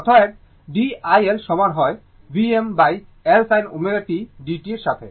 অতএব d iL সমান হয়VmL sin ω t dt এর সাথে